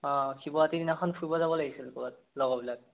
অঁ শিৱৰাত্ৰিৰ দিনাখন ফুৰিব যাব লাগিছিল ক'ৰবাত লগৰবিলাক